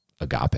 agape